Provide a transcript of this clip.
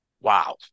Wow